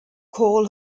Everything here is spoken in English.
call